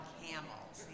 camels